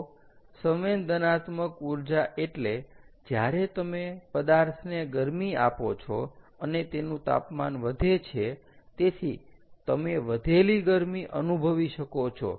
તો સંવેદનાત્મક ઊર્જા એટલે જ્યારે તમે પદાર્થને ગરમી આપો છો અને તેનું તાપમાન વધે છે તેથી તમે વધેલી ગરમી અનુભવી શકો છો